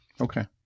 Okay